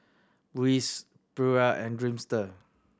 Breeze Pura and Dreamster